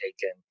taken